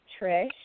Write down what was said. Trish